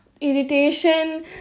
irritation